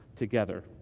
together